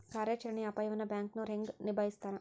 ಕಾರ್ಯಾಚರಣೆಯ ಅಪಾಯವನ್ನ ಬ್ಯಾಂಕನೋರ್ ಹೆಂಗ ನಿಭಾಯಸ್ತಾರ